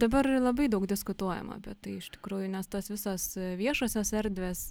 dabar labai daug diskutuojama apie tai iš tikrųjų nes tos visos viešosios erdvės